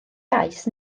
gais